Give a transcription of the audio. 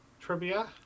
trivia